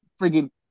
friggin